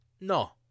No